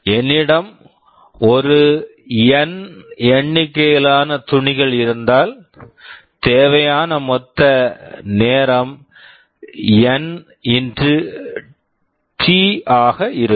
என்னிடம் ஒரு என் N எண்ணிக்கையிலான துணிகள் இருந்தால் தேவையான மொத்த நேரம் என் N x டி T ஆக இருக்கும்